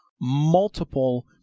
multiple